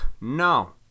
no